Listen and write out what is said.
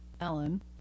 Ellen